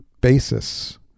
basis